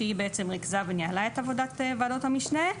שהיא בעצם ריכזה וניהלה את עבודת וועדות המשנה,